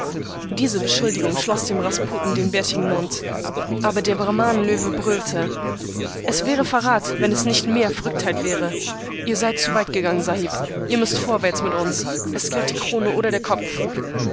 diese beschuldigung schloß dem rasputen den bärtigen mund aber der brahmanen löwe brüllte es wäre verrat wenn es nicht mehr verrücktheit wäre ihr seid zu weit gegangen sahib ihr müßt vorwärts mit uns es gilt die krone oder den kopf